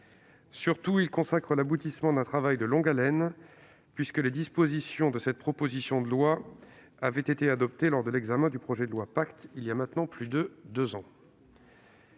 Surtout, il consacre l'aboutissement d'un travail de longue haleine, puisque les dispositions de cette proposition de loi avaient déjà été adoptées lors de l'examen du projet de loi Pacte voilà maintenant plus de deux ans.